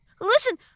Listen